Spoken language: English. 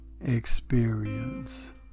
experience